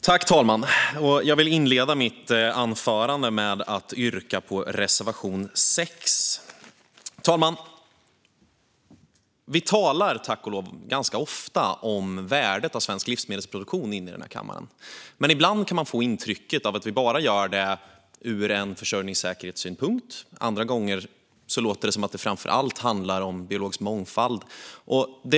Fru talman! Jag vill inleda mitt anförande med att yrka bifall till reservation 6. Fru talman! Här i kammaren talar vi tack och lov ganska ofta om värdet av svensk livsmedelsproduktion, även om man ibland kan få intrycket av att vi bara gör det ur en försörjningssäkerhetssynpunkt. Andra gånger låter det som om det framför allt handlar om biologisk mångfald.